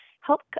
help